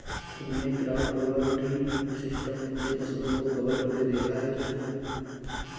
तुमने crop over tree system से फसलों को कवर करते देखा है क्या?